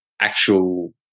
actual